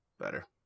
Better